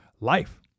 life